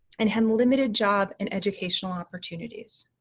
and had limited job and educational opportunities.